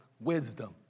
wisdom